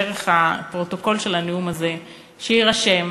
דרך הפרוטוקול של הנאום הזה, שיירשם